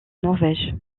norvège